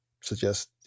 suggest